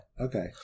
Okay